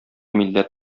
милләт